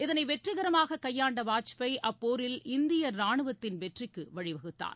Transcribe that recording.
இதனை வெற்றிகரமாக கையாண்ட வாஜ்பாய் அப்போரில் இந்திய ராணுவத்தின் வெற்றிக்கு வழிவகுத்தார்